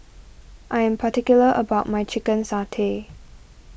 I am particular about my Chicken Satay